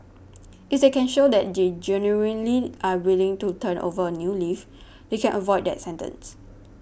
if they can show that they genuinely are willing to turn over a new leaf they can avoid that sentence